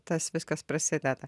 tas viskas prasideda